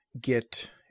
get